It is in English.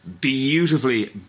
beautifully